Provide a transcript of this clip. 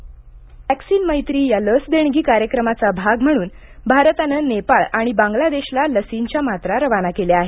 लस प्रशिक्षण व्हॅक्सीनमैत्री या लस देणगी कार्यक्रमाचा भाग म्हणून भारतानं नेपाळ आणि बांगलादेशला लसींच्या मात्रा रवाना केल्या आहेत